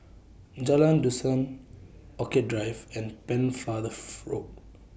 Jalan Dusan Orchid Drive and Pennefather Road